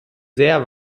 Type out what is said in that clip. sehr